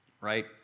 right